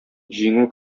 җиңү